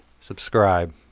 Subscribe